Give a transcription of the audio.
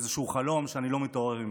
איזשהו חלום שאני לא מתעורר ממנו.